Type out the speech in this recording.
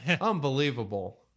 Unbelievable